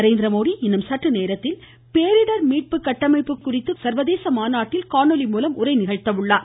நரேந்திரமோடி இன்னும் சற்று நேரத்தில் பேரிடர் மீட்பு கட்டமைப்பு குறித்த சர்வதேச மாநாட்டில் காணொலி மூலம் உரை நிகழ்த்துகிறார்